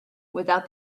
without